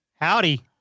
Howdy